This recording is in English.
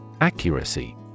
Accuracy